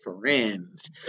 Friends